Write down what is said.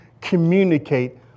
communicate